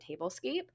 tablescape